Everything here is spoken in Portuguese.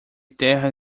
terra